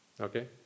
Okay